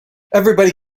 everybody